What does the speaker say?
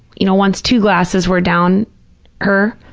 you know, once two glasses were down her,